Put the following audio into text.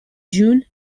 june